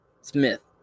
Smith